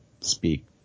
speak